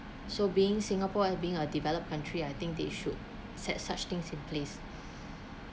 so being singapore being a developed country I think they should set such things in place